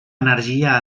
energia